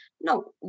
no